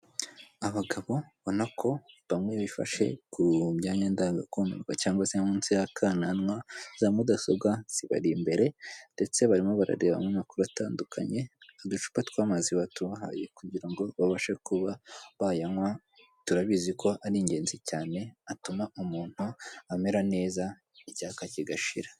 Abagabo ubona ko bamwe bifashe ku myanya ndanga kumirwa cyangwa se munsi y'akananwa, za mudasobwa zibari imbere ndetse barimo bararebamo amakuru atandukanye, uducupa tw'amazi batubahaye kugira ngo babashe kuba bayanywa, turabizi ko ari ingenzi cyane, atuma umuntu amera neza, icyaka kigashira.